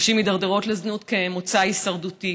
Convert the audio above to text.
נשים מידרדרות לזנות כמוצא הישרדותי,